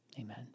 amen